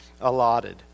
allotted